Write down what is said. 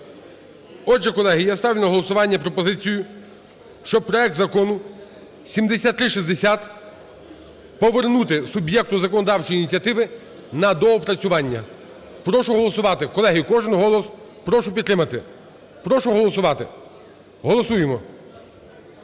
Отже, колеги, я ставлю на голосування пропозицію, щоб проект Закону 7360 повернути суб'єкту законодавчої ініціативи на доопрацювання. Прошу голосувати. Колеги, кожен голос, прошу підтримати. Прошу голосувати, голосуємо.